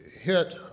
hit